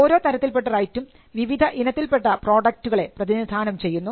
ഓരോ തരത്തിൽപെട്ട റൈറ്റും വിവിധ ഇനത്തിൽപ്പെട്ട പ്രോഡക്ടുകളെ പ്രതിനിധാനം ചെയ്യുന്നു